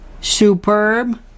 Superb